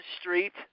Street